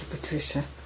Patricia